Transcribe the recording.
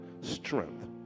strength